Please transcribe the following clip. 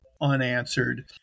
unanswered